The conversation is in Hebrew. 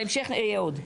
בהמשך יהיה עוד.